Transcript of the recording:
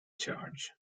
charge